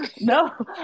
no